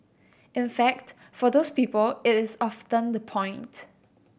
in fact for those people it is often the point